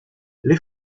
les